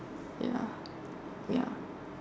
ya ya